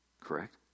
Correct